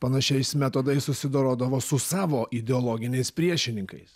panašiais metodais susidorodavo su savo ideologiniais priešininkais